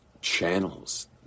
channels